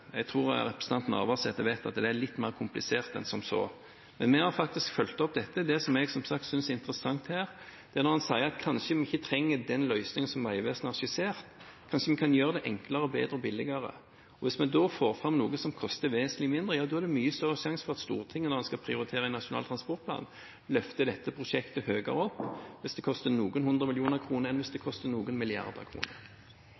jeg som sagt synes er interessant her, er at en sier at vi trenger kanskje ikke den løsningen som Vegvesenet har skissert; kanskje vi kan gjøre det enklere, bedre og billigere. Hvis vi da får fram noe som koster vesentlig mindre, er det mye større sjanse for at Stortinget, når en skal prioritere i Nasjonal transportplan, løfter dette prosjektet høyere opp, hvis det koster noen hundre millioner kroner, enn hvis det